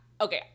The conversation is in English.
Okay